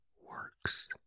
works